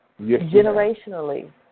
generationally